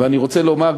ואני רוצה לומר,